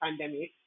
pandemic